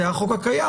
זה החוק הקיים.